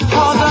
Cause